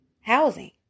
housing